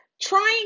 Trying